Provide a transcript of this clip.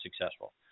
successful